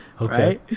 Okay